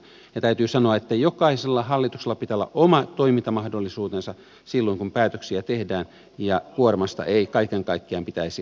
täytyy sanoa että jokaisella hallituksella pitää olla oma toimintamahdollisuutensa silloin kun päätöksiä tehdään ja kuormasta ei kaiken kaikkiaan pitäisi syödä